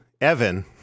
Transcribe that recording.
Evan